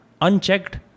unchecked